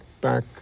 back